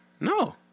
No